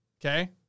Okay